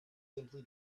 simply